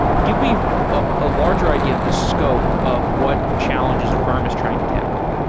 give me a ah larger idea of the scope of what challenges affirm is trying to tackle?